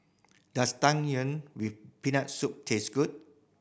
does Tang Yuen with Peanut Soup taste good